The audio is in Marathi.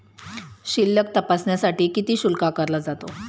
शिल्लक तपासण्यासाठी किती शुल्क आकारला जातो?